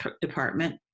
department